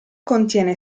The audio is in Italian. contiene